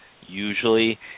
usually